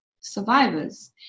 survivors